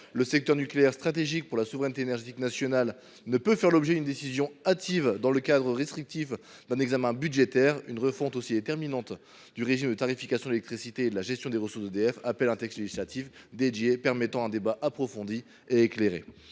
Le secteur nucléaire, stratégique pour la souveraineté énergétique nationale, ne peut faire l’objet d’une décision hâtive dans le cadre restrictif d’un examen budgétaire. Une refonte aussi déterminante du régime de tarification de l’électricité et de la gestion des ressources d’EDF appelle un texte législatif dédié, permettant un débat approfondi et éclairé.